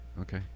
Okay